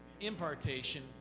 impartation